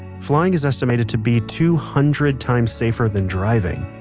flying is estimated to be two hundred times safer than driving!